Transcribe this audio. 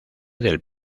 del